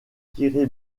attiré